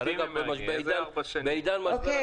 כרגע במשבר הזה, בעידן משבר הקורונה.